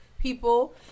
people